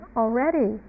already